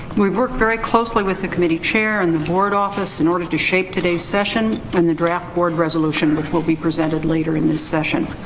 we've worked very closely with the committee chair and the board office in order to shape today's session and the draft board resolution which will be presented later in this session.